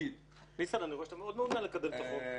אני רואה שאתה מאוד מעוניין לקדם את החוק...